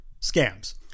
scams